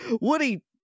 Woody